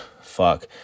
fuck